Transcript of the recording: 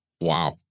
Wow